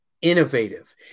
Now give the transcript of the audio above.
innovative